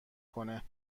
کنه